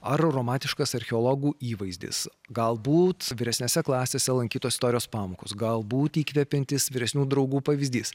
ar romantiškas archeologų įvaizdis galbūt vyresnėse klasėse lankytos istorijos pamokos galbūt įkvepiantis vyresnių draugų pavyzdys